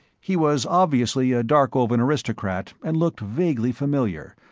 he was obviously a darkovan aristocrat and looked vaguely familiar,